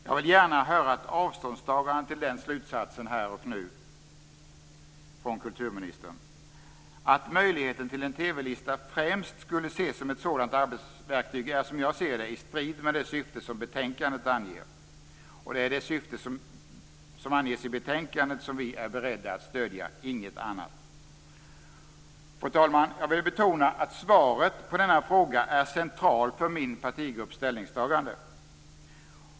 Jag vill gärna höra ett avståndstagande från den slutsatsen här och nu från kulturministern. Att möjligheten till en TV-lista främst skulle ses som ett sådant arbetsverktyg är - som jag ser det - i strid med det syfte som betänkandet anger. Det är det syfte som anges i betänkandet som vi är beredda att stödja, inget annat. Fru talman! Jag vill betona att svaret på denna fråga är centralt för min partigrupps ställningstagande.